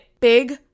big